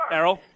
Errol